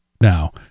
now